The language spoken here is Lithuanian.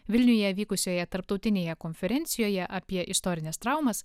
vilniuje vykusioje tarptautinėje konferencijoje apie istorines traumas